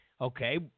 Okay